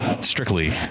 strictly